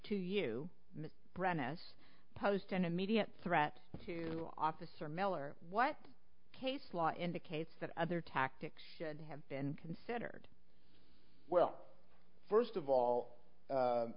brennan posed an immediate threat to officer miller what case law indicates that other tactics should have been considered well first of all